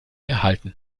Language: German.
erhalten